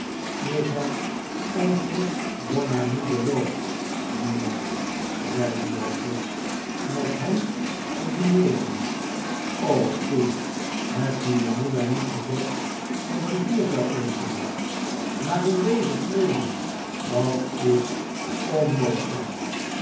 ik heb onzen bonamy beloofd mijnheer zeide joseph met hem te dineeren foei heb je je moeder niet gezegd dat je hier zou eten maar in deze weeding dat is onmogelijk